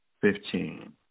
fifteen